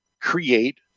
create